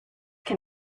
can